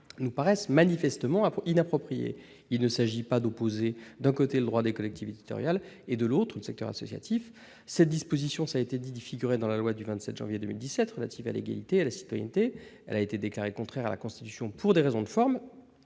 nous paraissent manifestement inappropriées. Il ne s'agit pas d'opposer, d'un côté, le droit des collectivités territoriales et, de l'autre, le secteur associatif. Comme cela a été souligné, cette disposition, qui figurait dans la loi du 27 janvier 2017 relative à l'égalité et à la citoyenneté, a été déclarée contraire à la Constitution pour des raisons de forme.